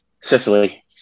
sicily